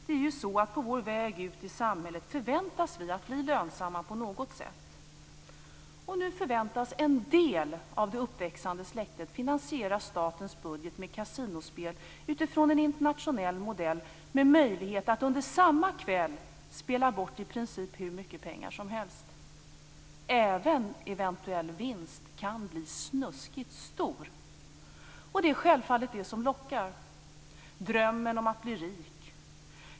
Det är ju så att på vår väg ut i samhället förväntas vi att bli lönsamma på något sätt. Och nu förväntas en del av det uppväxande släktet finansiera statens budget med kasinospel, utifrån en internationell modell med möjlighet att under samma kväll spela bort i princip hur mycket pengar som helst. Även eventuell vinst kan bli snuskigt stor. Det är självfallet det som lockar; drömmen om att bli rik.